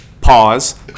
Pause